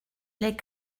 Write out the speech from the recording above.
les